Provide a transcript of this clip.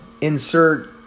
Insert